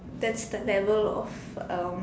that's the level of um